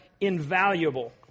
invaluable